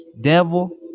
devil